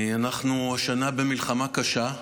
אנחנו השנה במלחמה קשה,